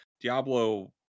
Diablo